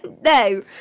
No